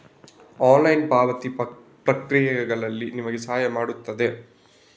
online ಪಾವತಿ ಪ್ರಕ್ರಿಯೆಯಲ್ಲಿ ನಿಮಗೆ ಸಹಾಯ ಮಾಡುತ್ತದೆ